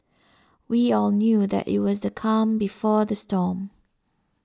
we all knew that it was the calm before the storm